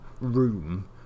room